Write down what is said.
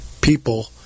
people